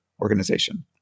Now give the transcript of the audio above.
organization